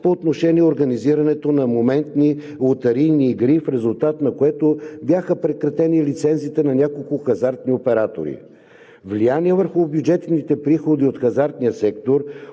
по отношение организирането на моментни лотарийни игри, в резултат на което бяха прекратени лицензите на няколко хазартни оператори. Влияние върху бюджетните приходи от хазартния сектор